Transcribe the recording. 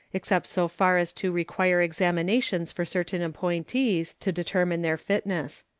except so far as to require examinations for certain appointees, to determine their fitness.